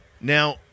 Now